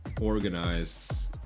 organize